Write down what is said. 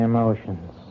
Emotions